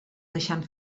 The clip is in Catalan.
deixant